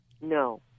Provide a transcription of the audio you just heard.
No